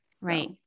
Right